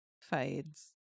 fades